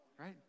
Right